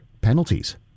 penalties